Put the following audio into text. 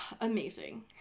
Amazing